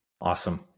Awesome